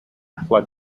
flood